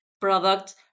product